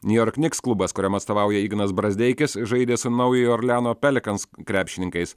niujork niks klubas kuriam atstovauja ignas brazdeikis žaidė su naujojo orleano pelikans krepšininkais